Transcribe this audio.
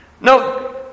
No